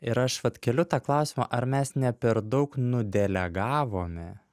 ir aš vat keliu tą klausimą ar mes ne per daug nu delegavome